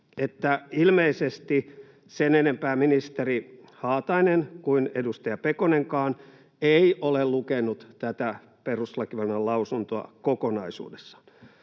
että ilmeisesti sen enempää ministeri Haatainen kuin edustaja Pekonenkaan ei ole lukenut tätä perustuslakivaliokunnan lausuntoa kokonaisuudessaan.